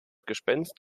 gespenst